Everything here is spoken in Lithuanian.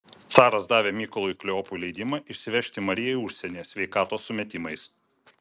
caras davė mykolui kleopui leidimą išsivežti mariją į užsienį sveikatos sumetimais